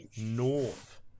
North